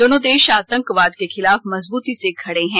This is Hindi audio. दोनों देश आतंकवाद के खिलाफ मजबूती से खडे हैं